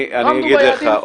לא עמדו ביעדים?